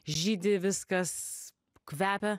žydi viskas kvepia